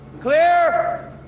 Clear